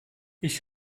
ich